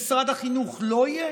ומשרד החינוך לא יהיה?